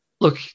Look